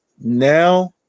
Now